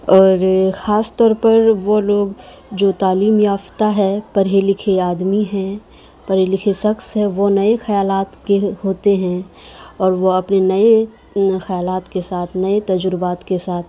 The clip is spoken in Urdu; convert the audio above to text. اور خاص طور پر وہ لوگ جو تعلیم یافتہ ہے پڑھے لکھے آدمی ہیں پڑھے لکھے شخص ہیں وہ نئے خیالات کے ہوتے ہیں اور وہ اپنے نئے خیالات کے ساتھ نئے تجربات کے ساتھ